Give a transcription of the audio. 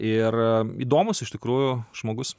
ir įdomus iš tikrųjų žmogus